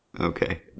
Okay